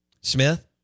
Smith